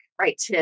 right